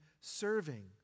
Serving